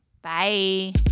Bye